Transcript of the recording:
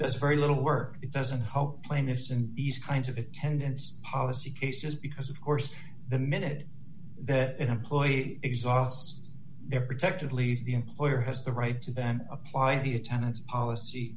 does very little work it doesn't help plaintiffs and these kinds of attendance policy cases because of course the minute that employee exhausts their protected leave the employer has the right to then apply the attendance policy